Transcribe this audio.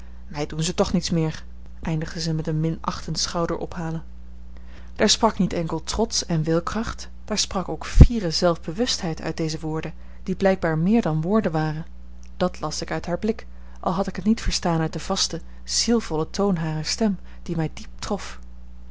mij doen ze toch niets meer eindigde zij met een minachtend schouderophalen daar sprak niet enkel trots en wilskracht daar sprak ook fiere zelfbewustheid uit deze woorden die blijkbaar meer dan woorden waren dat las ik uit haar blik al had ik het niet verstaan uit den vasten zielvollen toon harer stem die mij diep trof